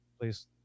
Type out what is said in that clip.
please